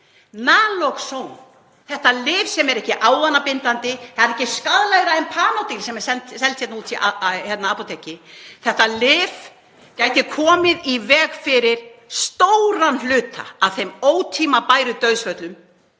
Naloxone, þetta lyf sem er ekki ávanabindandi, það er ekki skaðlegra en panodil sem er selt hér úti í apóteki, gæti komið í veg fyrir stóran hluta af þeim ótímabæru dauðsföllum